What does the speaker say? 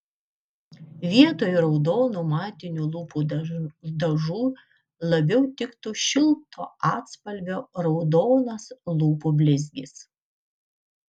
vietoj raudonų matinių lūpų dažų labiau tiktų šilto atspalvio raudonas lūpų blizgis